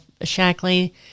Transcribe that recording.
shackley